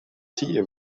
tea